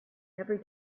every